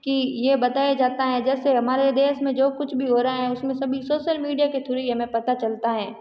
कि यह बताया जाता है जैसे हमारे देश में जो कुछ भी हो रहा है उसमें सभी सोशल मीडिया के थ्रू ही हमें पता चलता है